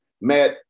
Matt